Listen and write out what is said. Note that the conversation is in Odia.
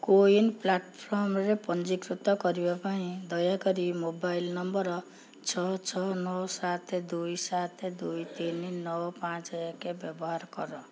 କୋୱିନ୍ ପ୍ଲାଟଫର୍ମରେ ପଞ୍ଜୀକୃତ କରିବା ପାଇଁ ଦୟାକରି ମୋବାଇଲ ନମ୍ବର ଛଅ ଛଅ ସାତ ଦୁଇ ସାତ ଦୁଇ ତିନି ନଅ ପାଞ୍ଚ ଏକ ବ୍ୟବହାର କର